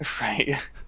Right